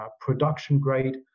production-grade